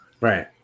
Right